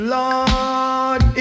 Lord